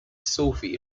sophie